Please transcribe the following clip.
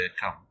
come